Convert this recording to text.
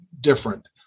different